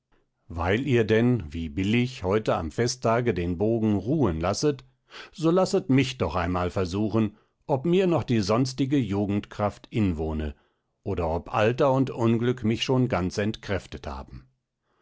weil ihr denn wie billig heute am festtage den bogen ruhen lasset so lasset mich doch einmal versuchen ob mir noch die sonstige jugendkraft inwohne oder ob alter und unglück mich schon ganz entkräftet haben